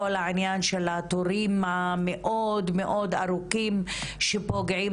כל העניין של התורים המאוד-מאוד ארוכים שפוגעים